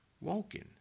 walking